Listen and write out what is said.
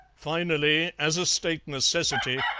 finally, as a state necessity,